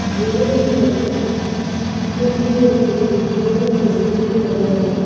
जहिड़ो कि लचक पुठि जो सूरु जोड़नि जो सूरु वग़ैरह